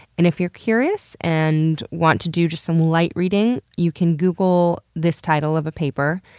and if you're curious and want to do just some light reading, you can google this title of a paper.